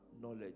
knowledge